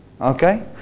okay